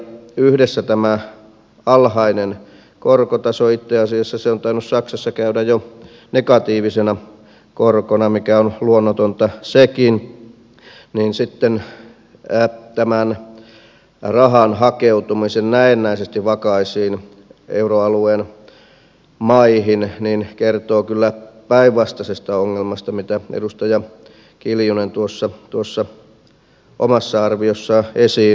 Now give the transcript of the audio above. yhdessä tämä alhainen korkotaso itse asiassa se on tainnut saksassa käydä jo negatiivisena korkona mikä on luonnotonta ja sitten tämä rahan hakeutuminen näennäisesti vakaisiin euroalueen maihin kertovat kyllä päinvastaisesta ongelmasta kuin minkä edustaja kiljunen tuossa omassa arviossaan esiin toi